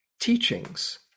teachings